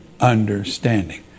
understanding